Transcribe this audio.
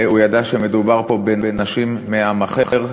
הוא ידע שמדובר פה בנשים מעם אחר.